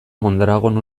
mondragon